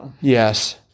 Yes